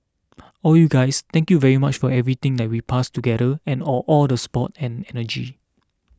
all you guys thank you very much for everything that we passed together and all all the support and energy